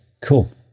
cool